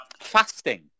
fasting